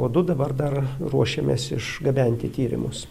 o du dabar dar ruošiamės išgabenti tyrimus